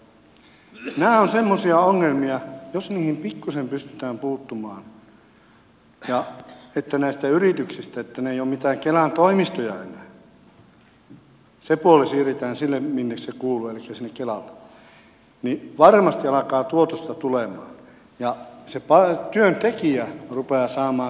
nämä ovat semmoisia ongelmia että jos niihin pikkusen pystytään puuttumaan että nämä yritykset eivät ole mitään kelan toimistoja enää se puoli siirretään sinne minne se kuuluu elikkä sinne kelalle niin varmasti alkaa tuotosta tulemaan ja työntekijä rupeaa saamaan sitä rahaa